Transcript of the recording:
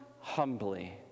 humbly